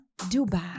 Dubai